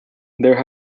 there